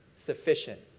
sufficient